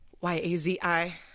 Y-A-Z-I